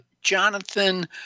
Jonathan